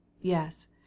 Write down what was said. Yes